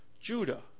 judah